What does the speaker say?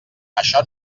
això